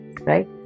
right